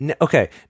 Okay